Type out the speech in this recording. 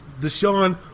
Deshaun